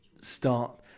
start